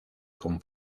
con